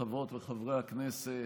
חברות וחברי הכנסת,